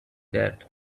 that